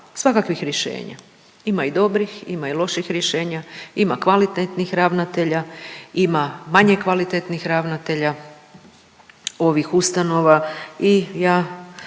svakakvih rješenja, ima i dobrih, ima i loših rješenja, ima kvalitetnih ravnatelja, ima manje kvalitetnih ravnatelja ovih ustanova i ja,